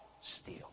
steal